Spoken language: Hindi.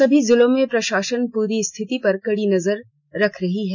सभी जिलों में प्रशासन पूरी स्थिति पर कड़ी नजर रख रहा है